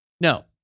No